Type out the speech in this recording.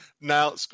now